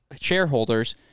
shareholders